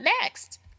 next